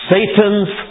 Satan's